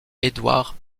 edouard